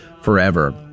forever